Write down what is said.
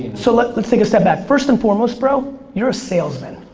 so let's let's take a step back. first and foremost bro. you're a salesman,